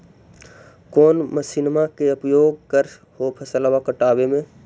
कौन मसिंनमा के उपयोग कर हो फसलबा काटबे में?